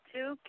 Two